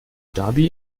dhabi